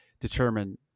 determine